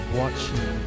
watching